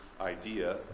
idea